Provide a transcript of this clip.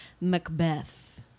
Macbeth